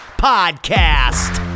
podcast